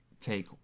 take